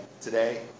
today